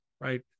right